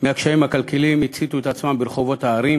מהקשיים הכלכליים הציתו את עצמם ברחובות הערים.